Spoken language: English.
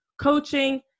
coaching